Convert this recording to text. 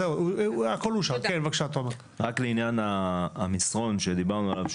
לעניין המסרון עליו דיברנו,